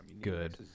good